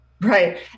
Right